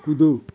कूदो